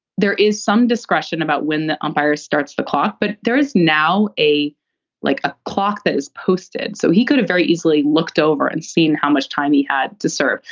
there is some discretion about when the umpire starts the clock, but there is now a like a clock that is posted. so he could very easily looked over and seen how much time he had to serve.